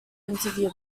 interview